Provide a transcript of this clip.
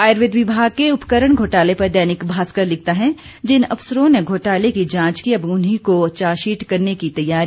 आयुर्वेद विभाग के उपकरण घोटाले पर दैनिक भास्कर लिखता है जिन अफसरों ने घोटाले की जांच की अब उन्हीं को चार्जशीट करने की तैयारी